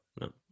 no